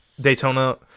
Daytona